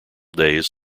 days